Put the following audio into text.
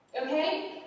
okay